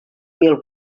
mil